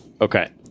okay